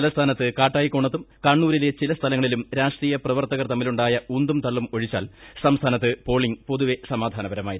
തലസ്ഥാനത്ത് കാട്ടായിക്കോണത്തും കണ്ണൂരിലെ ചില സ്ഥലങ്ങളിലും രാഷ്ട്രീയപ്രവർത്തകർ തമ്മിലുണ്ടായ ഉന്തും തള്ളും ഒഴിച്ചാൽ സംസ്ഥാനത്ത് പോളിംഗ് പൊതുവെ സമാധാനപരമായിരുന്നു